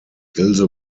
ilse